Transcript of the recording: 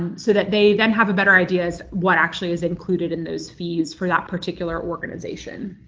and so that they then have a better idea as what actually is included in those fees for that particular organization.